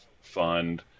Fund